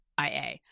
IA